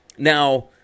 Now